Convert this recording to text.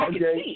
Okay